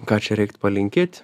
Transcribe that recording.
ką čia reikt palinkėt